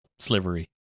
slivery